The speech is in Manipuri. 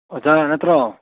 ꯑꯣꯖꯥ ꯅꯠꯇ꯭ꯔꯣ